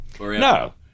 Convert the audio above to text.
no